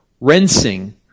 rinsing